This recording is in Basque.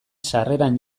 sarreran